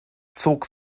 zog